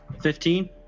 Fifteen